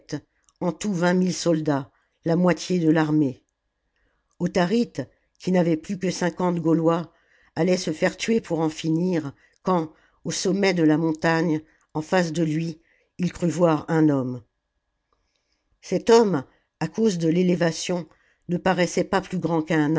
en tout vingt mille soldats la moitié de l'armée autharite qui n'avait plus que cinquante gaulois allait se faire tuer pour en finir quand au sommet de la montagne en face de lui il crut voir un homme cet homme à cause de l'élévation ne paraissait pas plus grand qu'un